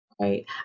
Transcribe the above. Right